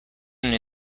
new